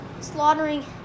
slaughtering